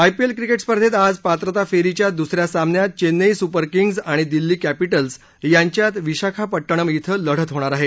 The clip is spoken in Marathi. आयपीएल क्रिकेट स्पर्धेत आज पात्रता फेरीच्या दुसऱ्या सामन्यात चेन्नई सुपर किंग्ज आणि दिल्ली कॅपिटल्स यांच्यात विशाखापट्टणम के लढत होणार आहे